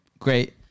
Great